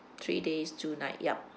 three days two night yup